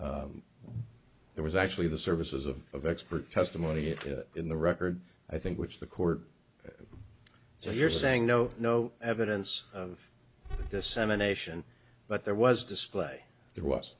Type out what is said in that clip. there was actually the services of expert testimony in the record i think which the court so you're saying no no evidence of dissemination but there was a display there was